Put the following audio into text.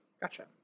Gotcha